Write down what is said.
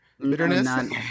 Bitterness